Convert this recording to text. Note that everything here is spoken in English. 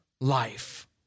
life